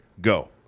go